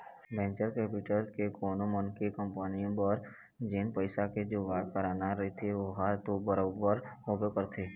venture capital ह कोनो मनखे के कंपनी बर जेन पइसा के जुगाड़ कराना रहिथे ओहा तो बरोबर होबे करथे